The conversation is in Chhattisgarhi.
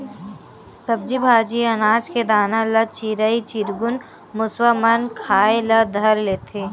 सब्जी भाजी, अनाज के दाना ल चिरई चिरगुन, मुसवा मन खाए ल धर लेथे